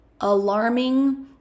alarming